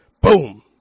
Boom